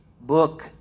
book